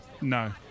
No